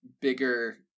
bigger